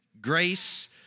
Grace